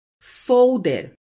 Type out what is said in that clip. folder